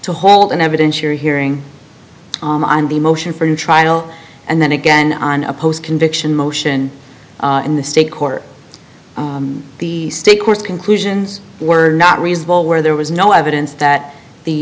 to hold an evidentiary hearing on the motion for new trial and then again on a post conviction motion in the state court the state courts conclusions were not reasonable where there was no evidence that the